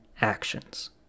actions